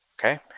okay